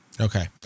Okay